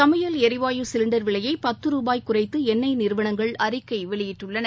சமையல் எரிவாயு சிலிண்டர் விலையை பத்து ரூபாய் குறைத்து எண்ணெய் நிறுவனங்கள் அறிக்கை வெளியிட்டுள்ளன